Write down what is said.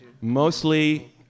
mostly